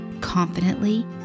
confidently